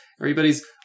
everybody's